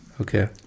Okay